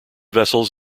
vessels